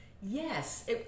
Yes